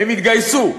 הם יתגייסו.